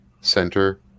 center